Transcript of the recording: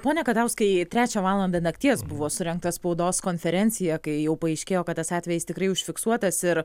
pone kadauskai trečią valandą nakties buvo surengta spaudos konferencija kai jau paaiškėjo kad tas atvejis tikrai užfiksuotas ir